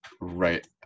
right